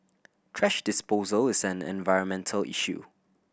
thrash disposal is an environmental issue